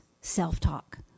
self-talk